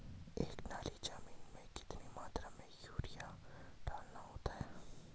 एक नाली जमीन में कितनी मात्रा में यूरिया डालना होता है?